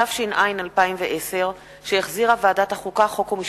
התש"ע 2010, שהחזירה ועדת החוקה, חוק ומשפט.